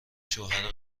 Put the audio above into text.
شوهر